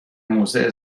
موضع